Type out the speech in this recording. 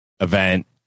event